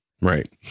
Right